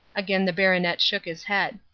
again the baronet shook his head.